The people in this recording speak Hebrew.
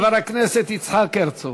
חבר הכנסת יצחק הרצוג,